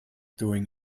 doing